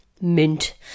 Mint